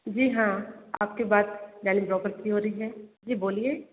जी हाँ आपकी बात से हो रही है जी बोलिए